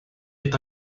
est